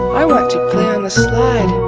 i want to play on the slide.